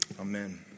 amen